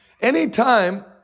Anytime